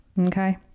okay